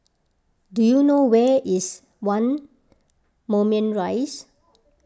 do you know where is one Moulmein Rise